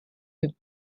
fifth